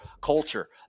Culture